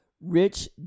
rich